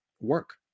work